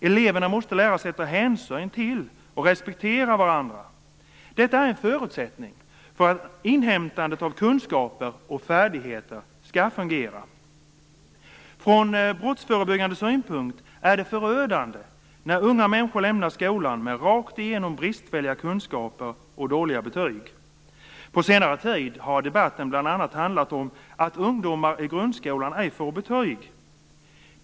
Eleverna måste lära sig att ta hänsyn till och respektera varandra. Detta är en förutsättning för att inhämtandet av kunskaper och färdigheter skall fungera. Från brottsförebyggande synpunkt är det förödande när unga människor lämnar skolan med rakt igenom bristfälliga kunskaper och dåliga betyg. På senare tid har debatten bl.a. handlat om att ungdomar i grundskolan ej får betyg.